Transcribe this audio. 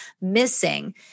missing